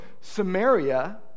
Samaria